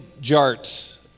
jarts